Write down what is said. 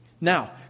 Now